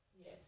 Yes